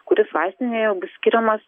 kuris vaistinėje bus skiriamas